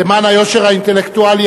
למען היושר האינטלקטואלי,